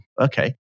okay